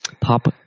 pop